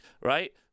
right